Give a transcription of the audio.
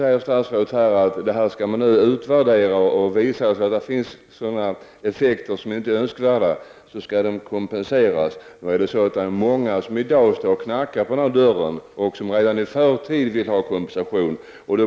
Statsrådet säger att en utvärdering skall göras och att man skall få kompensation om det här får icke önskvärda effekter. Men redan i dag är det många som så att säga knackar på dörren och ber om kompensation i förtid.